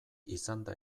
izanda